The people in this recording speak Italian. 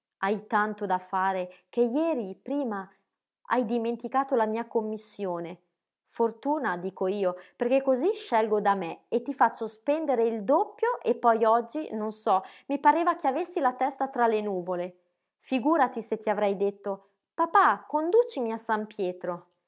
hai tanto da fare che jeri prima hai dimenticato la mia commissione fortuna dico io perché cosí scelgo da me e ti faccio spendere il doppio e poi oggi non so mi pareva che avessi la testa tra le nuvole figúrati se ti avrei detto papà conducimi a san pietro